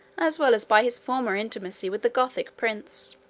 as well as by his former intimacy with the gothic prince.